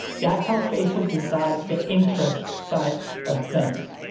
that's how facebook decides the interest side of things.